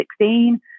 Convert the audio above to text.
2016